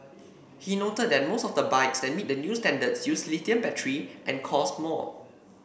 he noted that most of the bikes that meet the new standards use lithium batteries and cost more